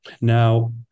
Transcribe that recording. Now